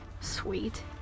sweet